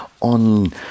on